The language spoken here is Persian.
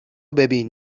ببین